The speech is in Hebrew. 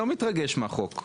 אני לא מתרגש מהחוק.